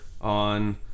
on